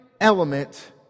element